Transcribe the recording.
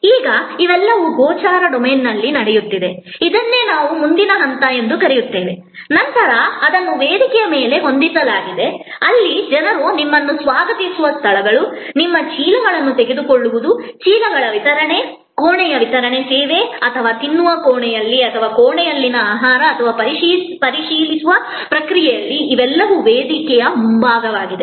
ಈಗ ಇವೆಲ್ಲವೂ ಗೋಚರ ಡೊಮೇನ್ನಲ್ಲಿ ನಡೆಯುತ್ತಿದೆ ಇದನ್ನೇ ನಾವು ಮುಂದಿನ ಹಂತ ಎಂದು ಕರೆಯುತ್ತೇವೆ ಮತ್ತು ನಂತರ ಅದನ್ನು ವೇದಿಕೆಯ ಮೇಲೆ ಹೊಂದಿಸಲಾಗಿದೆ ಅಲ್ಲಿ ಜನರು ನಿಮ್ಮನ್ನು ಸ್ವಾಗತಿಸುವ ಸ್ಥಳಗಳು ನಿಮ್ಮ ಚೀಲಗಳನ್ನು ತೆಗೆದುಕೊಳ್ಳುವುದು ಚೀಲಗಳ ವಿತರಣೆ ಕೋಣೆಯ ವಿತರಣೆ ಸೇವೆ ಅಥವಾ ತಿನ್ನುವ ಕೋಣೆಯಲ್ಲಿ ಕೋಣೆಯಲ್ಲಿನ ಆಹಾರ ಅಥವಾ ಪರಿಶೀಲಿಸುವ ಪ್ರಕ್ರಿಯೆಯಲ್ಲಿ ಇವೆಲ್ಲವೂ ವೇದಿಕೆಯ ಭಾಗವಾಗಿದೆ